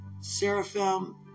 seraphim